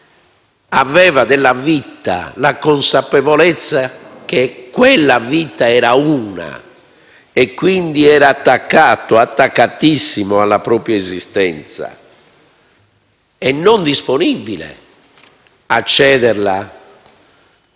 aveva della vita la consapevolezza che quella vita era una. Quindi era attaccato, attaccatissimo alla propria esistenza e non disponibile a cederla